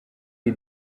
die